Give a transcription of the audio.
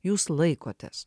jūs laikotės